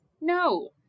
no